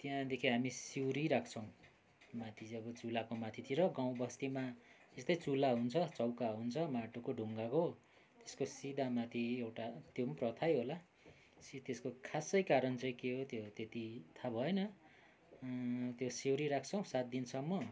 त्यहाँदेखि हामी सिउरी राख्छौँ माथि चाहिँ अब चुलाको माथितिर गाउँ बस्तीमा यस्तै चुला हुन्छ चौका हुन्छ माटोको ढुङ्गाको त्यसको सिधा माथि एउटा त्यो नि प्रथै होला सि त्यसको खासै कारण चाहिँ के हो त्यो त्यति थाहा भएन त्यो सिउरी राख्छौँ सात दिनसम्म